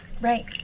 Right